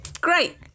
great